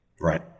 Right